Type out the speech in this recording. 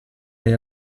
hai